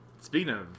Speaking